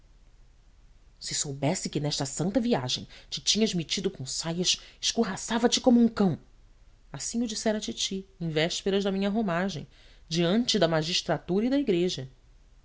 se soubesse que nesta santa viagem te tinhas metido com saias escorraçava te como um cão assim o dissera a titi em vésperas da minha romagem diante da magistratura e da igreja